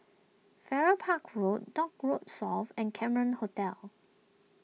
Farrer Park Road Dock Road South and Cameron Hotel